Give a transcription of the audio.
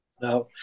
No